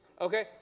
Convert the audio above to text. Okay